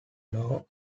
law